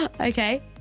okay